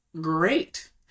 great